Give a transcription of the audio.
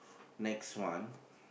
next one